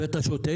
ועל זה אתה שותק.